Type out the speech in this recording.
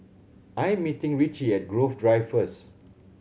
I am meeting Richie at Grove Drive first